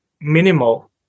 minimal